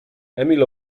emil